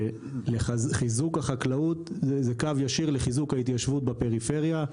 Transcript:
שחיזוק החקלאות זה קו ישיר לחיזוק ההתיישבות בפריפריה.